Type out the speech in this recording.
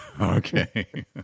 Okay